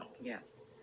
Yes